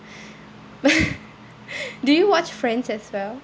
do you watch friends as well